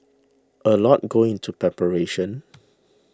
a lot goes into preparation